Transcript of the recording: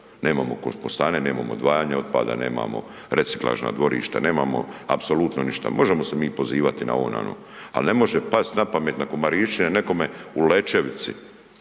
nemamo kompostane, nemamo odvajanje otpada, nemamo reciklažna dvorišta, nemamo apsolutno ništa, možemo se mi pozivati na ovo na ono, ali ne može past napamet nakon Marišćine nekome u Lećevici